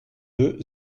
deux